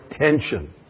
tension